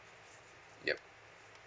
yup